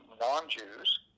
non-Jews